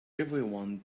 everyone